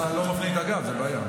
לניסים אני לא מפריע.